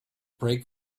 brake